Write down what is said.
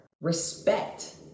Respect